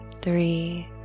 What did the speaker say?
three